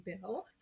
bill